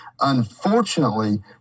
Unfortunately